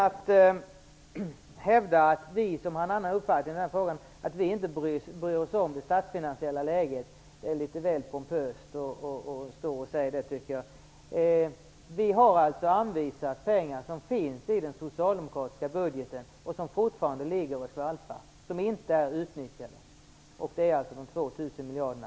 Att hävda att vi som har en annan uppfattning i den här frågan inte bryr oss om det statsfinansiella läget är litet väl pompöst. Vi har anvisat pengar som finns i socialdemokraternas förslag till budget som fortfarande ligger och skvalpar och inte är utnyttjade. Det är de 2 000 miljonerna.